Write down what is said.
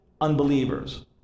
unbelievers